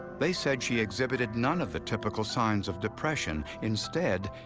they said she exhibited none of the typical signs of depression. instead,